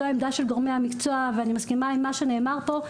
זו העמדה של גורמי המקצוע ואני מסכימה עם מה שנאמר פה,